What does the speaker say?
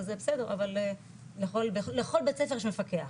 אז בסדר אבל לכל בית ספר יש מפקח.